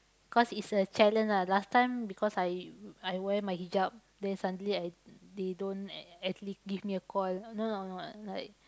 cause it's a challenge ah last time because I I wear my hijab then suddenly I they don't ac~ actually give me a call no no no like